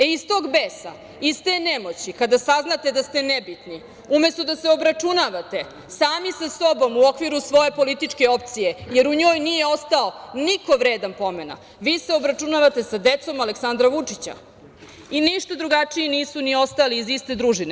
E, iz tog beza, iz te nemoći, kada saznate da ste nebitni umesto da se obračunavate sami sa sobom u okviru svoje političke opcije, jer u njoj nije ostao niko vredan pomena, vi se obračunavate sa decom Aleksandra Vučića i ništa drugačiji nisu ni ostali iz iste družine.